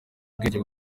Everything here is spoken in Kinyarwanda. ubwenge